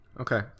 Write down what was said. okay